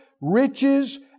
riches